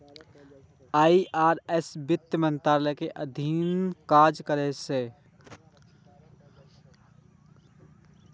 IRS वित्त मंत्रालय के अधीन काज करै छै